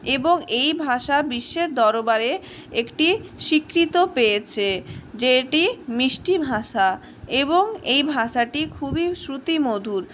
এবং এই ভাষা বিশ্বের দরবারে একটি স্বীকৃত পেয়েছে যে এটি মিষ্টি ভাষা এবং এই ভাষাটি খুবই শ্রুতিমধুর